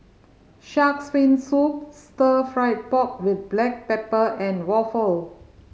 Shark's Fin Soup Stir Fried Pork With Black Pepper and waffle